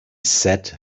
sat